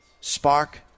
spark